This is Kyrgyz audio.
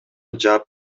жаап